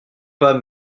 pas